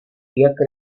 jak